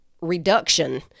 reduction